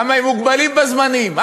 שם הם מוגבלים בזמנים,